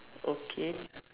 okay